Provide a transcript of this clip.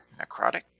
necrotic